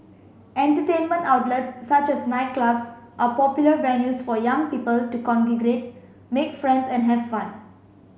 entertainment outlets such as nightclubs are popular venues for young people to congregate make friends and have fun